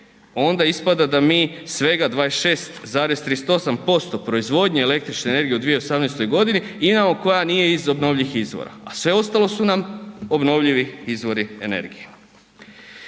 onda ispada da mi svega 26,38% proizvodnje električne energije u 2018. imamo koja nije iz obnovljivih izvora, a sve ostalo su nam obnovljivi izvori energije.